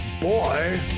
Boy